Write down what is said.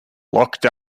locked